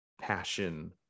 passion